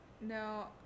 No